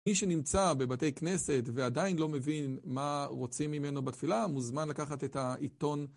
מי שנמצא בבתי כנסת ועדיין לא מבין מה רוצים ממנו בתפילה מוזמן לקחת את העיתון